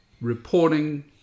reporting